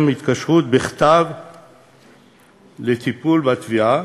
התקשרות בכתב לטיפול בתביעה,